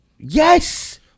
Yes